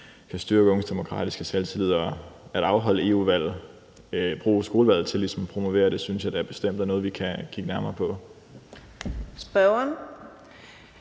kan styrke unges demokratiske selvtillid, og at bruge skolevalget til ligesom at promovere det synes jeg da bestemt er noget, vi kan kigge nærmere på. Kl.